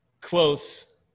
Close